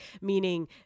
meaning